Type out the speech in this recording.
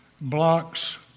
blocks